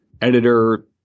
editor